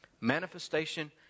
Manifestation